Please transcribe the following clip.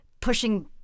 pushing